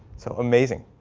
so amazing